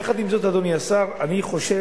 יחד עם זאת, אדוני השר, אני חושב,